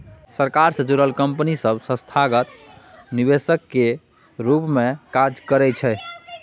सरकार सँ जुड़ल कंपनी सब संस्थागत निवेशक केर रूप मे काज करइ छै